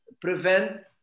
Prevent